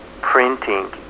printing